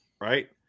Right